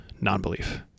non-belief